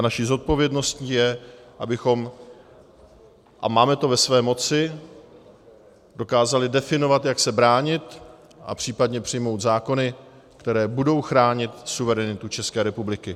A naší zodpovědností je, abychom a máme to ve své moci dokázali definovat, jak se bránit, a případně přijmout zákony, které budou chránit suverenitu České republiky.